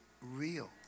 real